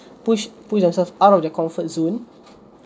push push yourself out of the comfort zone